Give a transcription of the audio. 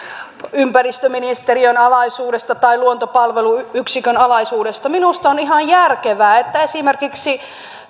ympäristöministeriön alaisuudesta tai luontopalvelut yksikön alaisuudesta minusta on ihan järkevää että esimerkiksi